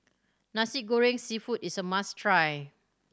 Nasi Goreng Seafood is a must try